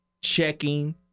checking